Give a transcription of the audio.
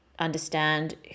understand